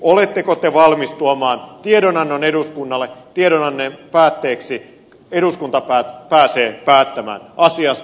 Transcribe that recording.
oletteko te valmis tuomaan tiedonannon eduskunnalle ja tiedonannon päätteeksi eduskunta pääsee päättämään asiasta